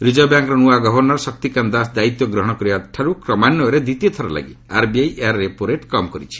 reserve ବ୍ୟାଙ୍କର ନୂଆ governor Shaktikanta Das ଦାୟିତ୍ୱ ଗ୍ରହଣ କରିବା ଠାରୁ କ୍ରମାନ୍ୱୟରେ ଦ୍ୱିତୀୟଥର ଲାଗି ଆର୍ବିଆଇ ଏହାର ରେପୋ ରେଟ୍ କମ୍ କରିଛି